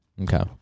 Okay